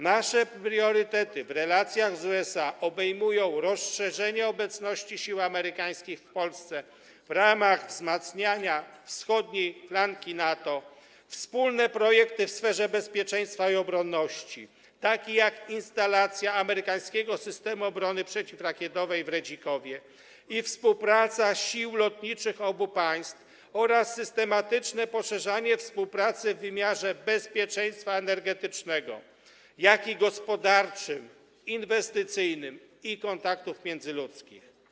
Nasze priorytety w relacjach z USA obejmują rozszerzenie obecności sił amerykańskich w Polsce w ramach wzmacniania wschodniej flanki NATO, wspólne projekty w sferze bezpieczeństwa i obronności, takie jak instalacja amerykańskiego systemu obrony przeciwrakietowej w Redzikowie i współpraca sił lotniczych obu państw, a także systematyczne poszerzanie współpracy zarówno w wymiarze bezpieczeństwa energetycznego, jak i w wymiarze gospodarczym, inwestycyjnym i kontaktów międzyludzkich.